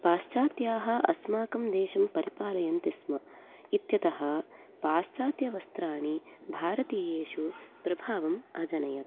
पाश्चात्याः अस्माकं देशं परिपालयन्ति स्म इत्यतः पाश्चात्यवस्त्राणि भारतीयेषु प्रभावम् अजनयत्